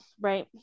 right